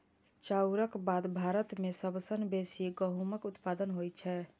चाउरक बाद भारत मे सबसं बेसी गहूमक उत्पादन होइ छै